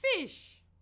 Fish